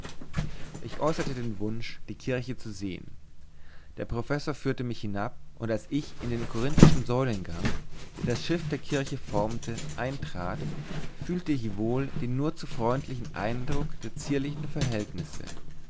ich äußerte den wunsch die kirche zu sehen der professor führte mich hinab und als ich in den korinthischen säulengang der das schiff der kirche formte eintrat fühlte ich wohl den nur zu freundlichen eindruck der zierlichen verhältnisse